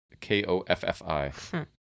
K-O-F-F-I